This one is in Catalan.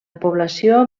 població